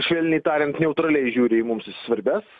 švelniai tariant neutraliai žiūri į mums svarbias